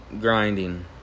grinding